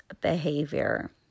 behavior